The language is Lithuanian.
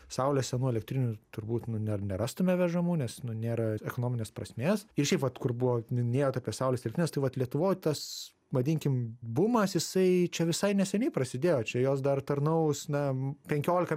saulės senų elektrinių turbūt nu ne nerastume vežamų nes nu nėra ir ekonominės prasmės ir šiaip vat kur buvo minėjot apie saulės elektrines tai vat lietuvoj tas vadinkim bumas jisai čia visai neseniai prasidėjo čia jos dar tarnaus na penkiolika